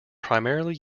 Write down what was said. primarily